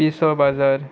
पिसो बाजार